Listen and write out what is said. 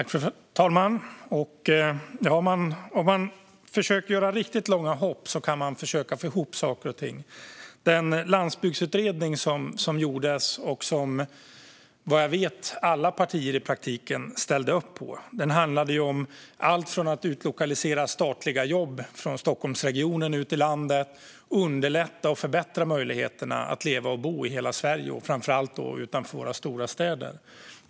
Fru talman! Om man försöker att göra riktigt långa hopp kan man försöka att få ihop saker och ting. Den landsbygdsutredning som gjordes, och som vad jag vet alla partier i praktiken ställde upp på, handlade om allt från att utlokalisera statliga jobb från Stockholmsregionen ut i landet till att underlätta och förbättra möjligheterna att leva och bo i hela Sverige och framför allt utanför våra stora städer.